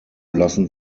lassen